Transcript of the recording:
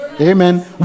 Amen